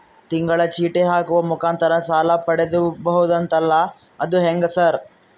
ತಿಂಗಳ ಚೇಟಿ ಹಾಕುವ ಮುಖಾಂತರ ಸಾಲ ಪಡಿಬಹುದಂತಲ ಅದು ಹೆಂಗ ಸರ್?